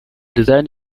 design